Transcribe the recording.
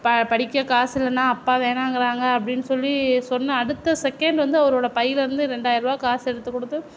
படிக்க காசு இல்லைண்ணா அப்பா வேணாங்கிறாங்க அப்படின்னு சொல்லி சொன்ன அடுத்த செகென்ட் வந்து அவரோட பைலிருந்து ரெண்டாயிரம் ரூபா காசை எடுத்து கொடுத்து